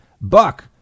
Buck